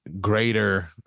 greater